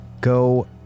go